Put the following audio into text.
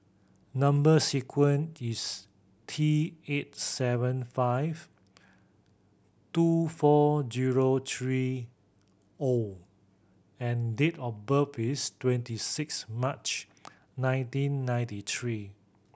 number sequence is T eight seven five two four zero three O and date of birth is twenty six March nineteen ninety three